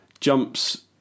Jumps